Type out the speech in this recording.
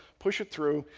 push it through,